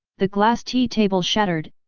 the glass tea table shattered,